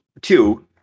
two